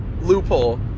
loophole